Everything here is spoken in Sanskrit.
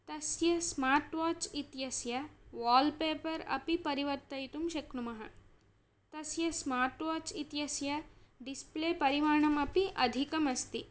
तस्यस्मार्ट् वाच् इत्यस्य वाल् पेपर् अपि परिवर्तयतुं शक्नुमः तस्य स्मार्ट् वाच् इत्यस्य डिस्प्ले परिमाणम् अपि अधिकम् अस्ति